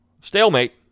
Stalemate